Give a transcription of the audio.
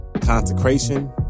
consecration